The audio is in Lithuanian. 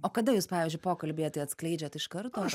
o kada jūs pavyzdžiui pokalbyje tai atskleidžiat iš karto